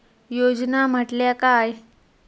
योजना म्हटल्या काय?